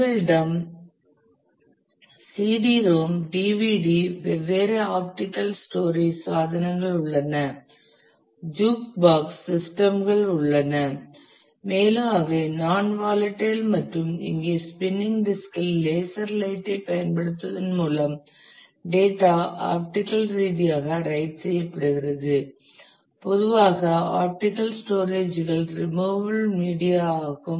எங்களிடம் CD ROM DVD வெவ்வேறு optical storage சாதனங்கள் உள்ளன ஜூக் பாக்ஸ் சிஸ்டம்கள் உள்ளன மேலும் அவை நாண் வாலடைல் மற்றும் இங்கே ஸ்பின்னிங் டிஸ்கில் லேசர் லைட் ஐ பயன்படுத்துவதன் மூலம் டேட்டா ஆப்டிகல் ரீதியாக ரைட் செய்யப்படுகிறது பொதுவாக ஆப்டிகல் ஸ்டோரேஜ்கள் ரிமூவபிள் மீடியா ஆகும்